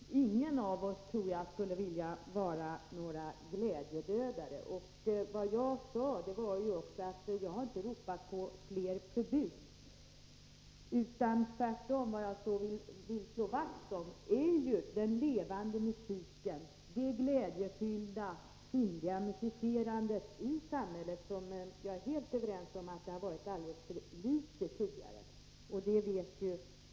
Herr talman! Först några klargöranden, även om jag inte upplevde det så, att Jan-Erik Wikström eller Karl Boo polemiserade mot just mig eller vpk. Ingen av oss, tror jag, skulle vilja vara någon glädjedödare. Jag har inte ropat på förbud. Tvärtom — vad jag vill slå vakt om är den levande musiken, det glädjefyllda, sinnliga musicerandet i samhället. Jag håller helt med om att det varit alltför litet av det tidigare.